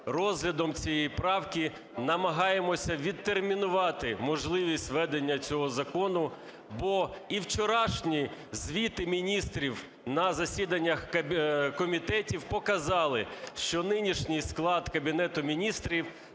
розглядом цієї правки намагаємося відтермінувати можливість введення цього закону. Бо і вчорашні звіти міністрів на засіданнях комітетів показали, що нинішній склад Кабінету Міністрів